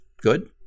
good